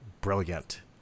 brilliant